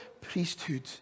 priesthood